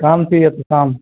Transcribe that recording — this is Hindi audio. काम चाहिए था काम